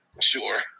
Sure